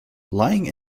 lying